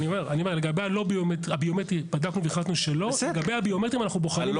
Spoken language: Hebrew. לגבי הלא-ביומטריים אנחנו בוחנים את זה.